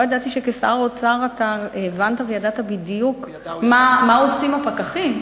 לא ידעתי שכשר אוצר ידעת והבנת בדיוק מה עושים הפקחים.